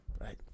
right